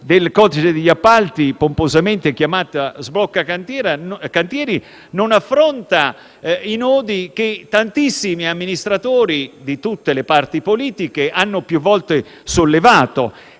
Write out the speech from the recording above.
del codice degli appalti, pomposamente chiamata «sblocca cantieri», non affronta i nodi che tantissimi amministratori di tutte le parti politiche hanno più volte sollevato